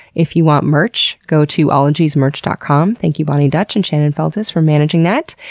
if you want merch, go to ologiesmerch dot com, thank you bonnie dutch and shannon feltus for managing that.